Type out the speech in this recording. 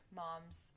moms